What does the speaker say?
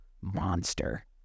monster